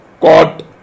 caught